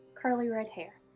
curly red hair.